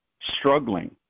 struggling